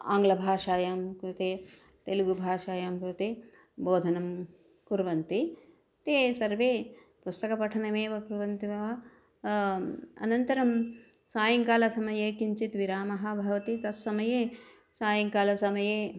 आङ्लभाषायां कृते तेलुगुभाषायां कृते बोधनं कुर्वन्ति ते सर्वे पुस्तकपठनमेव कुर्वन्ति वा अनन्तरं सायङ्कालसमये किञ्चित् विरामः भवति तत्समये सायङ्कालसमये